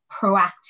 proactive